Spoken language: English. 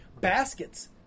Baskets